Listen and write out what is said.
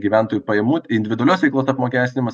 gyventojų pajamų individualios veiklos apmokestinimas